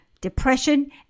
depression